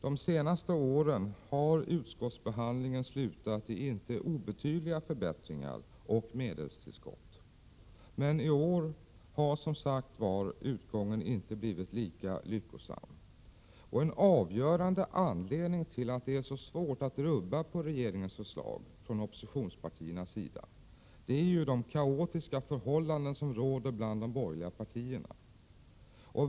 De senaste åren har utskottsbehandlingen slutat i inte obetydliga förbättringar och medelstillskott. Men i år har som sagt var utgången inte blivit lika lyckosam. En avgörande anledning till att det är så svårt för oppositionspartierna att rubba på regeringens förslag är de kaotiska förhållanden som råder bland de borgerliga partierna.